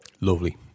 Lovely